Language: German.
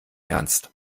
ernst